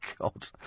God